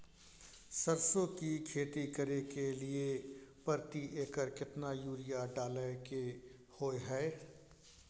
सरसो की खेती करे के लिये प्रति एकर केतना यूरिया डालय के होय हय?